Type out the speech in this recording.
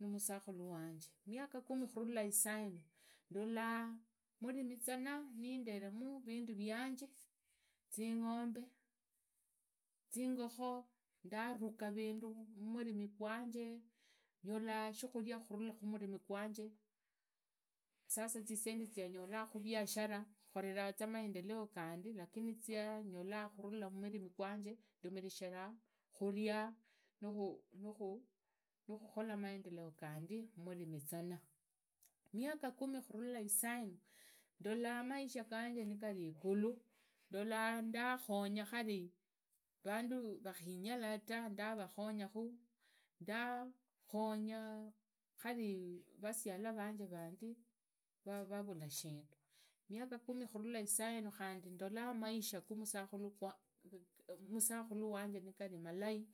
numusakhalu wanje. Miaka kumi kharula isainu ndula murimi zana. ninderemu vindu vianje. zingombe. zingokhoo. ndaruga. vindu mumurimi gwanje. nduriza shikhuria khurula khumurimi gwanje. Sasa zisendi zianyolokha khuriashara khoreraza maendeleo gandi lakini zisendi zianyolela khumurimi gwanje ndumishila khuria nukhukhola maendeleo ganje mumurimi zana. miaka kumi khurula isainu ndula maisha ganje nigali igulu. ndola ndakhonya khari vandu vakhinyala tu. ndavukhonyakhu. ndakhonya ndakhonya khari vasiala vanje vandi vavuka shindu. miaka kumi khuvula isainu ndolu maisha gu musakhulu wanje nigari malai.